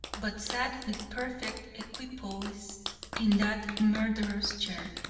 but sat with perfect equipoise in that murderous chair,